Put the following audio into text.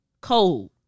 Cold